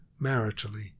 maritally